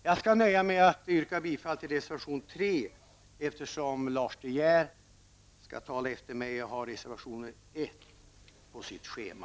Jag skall nöja mig med att yrka bifall till reservation 3, eftersom Lars De Geer skall tala efter mig och har reservation 1 på sitt schema.